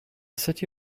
city